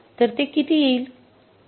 तर ते किती येईल